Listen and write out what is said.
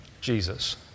Jesus